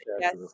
yes